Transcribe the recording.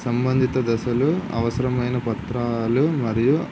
సంబంధిత దశలు అవసరమైన పత్రాలు మరియు